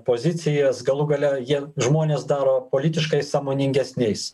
pozicijas galų gale jie žmones daro politiškai sąmoningesniais